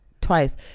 twice